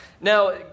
Now